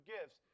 gifts